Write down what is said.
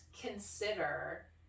consider